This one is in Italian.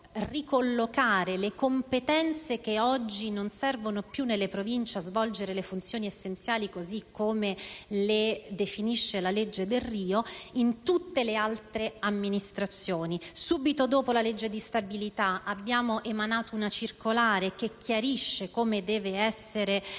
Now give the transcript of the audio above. ricollocare le competenze che oggi non servono più alle Provincia per svolgere le funzioni essenziali - così come le definisce la legge Delrio - fra tutte le altre amministrazioni. Subito dopo la legge di stabilità, abbiamo emanato una circolare che chiarisce come deve essere